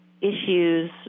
issues